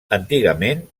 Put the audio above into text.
antigament